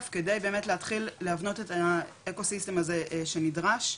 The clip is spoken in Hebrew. כדי באמת להתחיל להבנות את האקוסיסטמות הזה שנדרש.